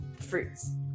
fruits